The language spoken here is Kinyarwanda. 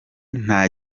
nta